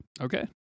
Okay